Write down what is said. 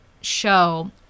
show